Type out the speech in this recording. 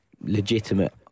legitimate